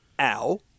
Ow